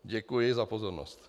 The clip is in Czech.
Děkuji za pozornost.